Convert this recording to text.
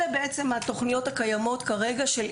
אלה התוכניות הקיימות כרגע עם